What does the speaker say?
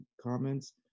comments